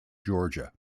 georgia